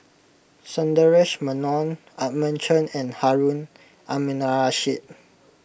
Sundaresh Menon Edmund Chen and Harun Aminurrashid